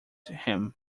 him